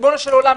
ריבונו של עולם,